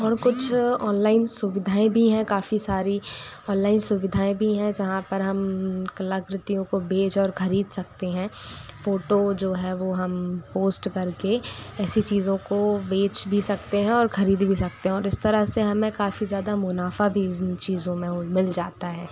और कुछ ऑनलाइन सुविधाएँ भी हैं काफ़ी सारी ऑनलाइन सुविधाएँ भी हैं जहाँ पर हम कलाकृतियों को बेच और ख़रीद सकते हैं फ़ोटो जो है वो हम पोस्ट कर के ऐसी चीज़ों को बेच भी सकते हैं और ख़रीद भी सकते हैं इस तरह से हमें काफ़ी ज़्यादा मुनाफ़ा भी चीज़ों में मिल जाता है